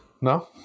no